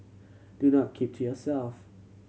do not keep to yourself